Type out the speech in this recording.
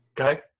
okay